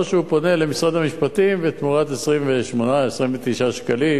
או שהוא פונה למשרד המשפטים ותמורת 28, 29 שקלים